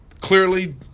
clearly